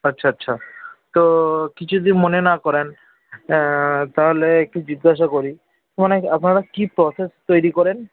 আচ্ছা আচ্ছা তো কিছু যদি মনে না করেন তাহলে একটু জিজ্ঞাসা করি মানে আপনারা কী প্রসেসে তৈরি করেন